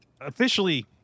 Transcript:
officially